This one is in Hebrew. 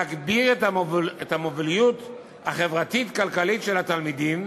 להגביר את המוביליות החברתית-כלכלית של התלמידים